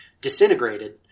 disintegrated